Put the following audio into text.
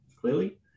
clearly